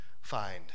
find